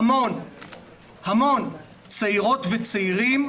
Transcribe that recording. המון צעירות וצעירים